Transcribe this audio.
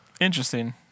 Interesting